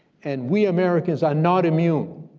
and we americans are not immune.